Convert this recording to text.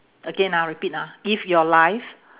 again ah repeat ah if your life